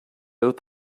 oath